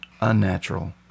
unnatural